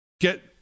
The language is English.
get